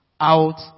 out